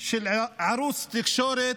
ערוץ תקשורת,